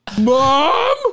mom